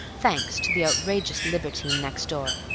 thanks to the outrageous libertine next door,